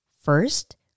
First